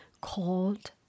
called